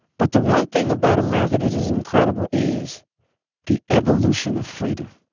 but the one thing about america that is incredible is the evolution of freedom,